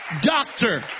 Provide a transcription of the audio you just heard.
doctor